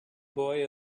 boy